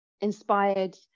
inspired